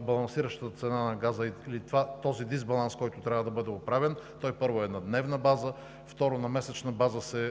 балансиращата цена на газа или този дисбаланс, който трябва да бъде оправен – първо, е на дневна база. Второ, на месечна база